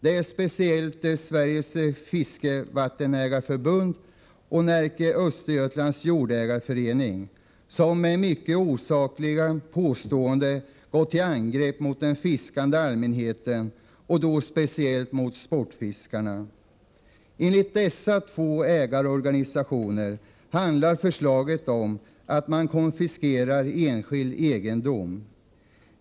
Det är speciellt Sveriges fiskevattensägareförbund och Närke-Östergötlands jordägarförening som, med mycket osakliga påståenden, gått till angrepp mot den fiskande allmänheten, speciellt mot sportfiskarna. Enligt dessa två ägarorganisationer handlar förslaget om att man konfiskerar enskild egendom.